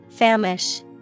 Famish